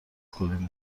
کنین